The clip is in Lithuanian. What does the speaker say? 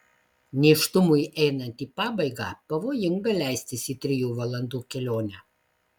nėštumui einant į pabaigą pavojinga leistis į trijų valandų kelionę